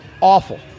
awful